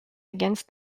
against